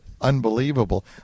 unbelievable